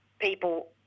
people